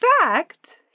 fact